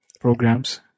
programs